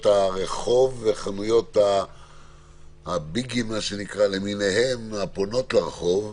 הרחוב וחנויות הביגים למיניהן הפונות לרחוב.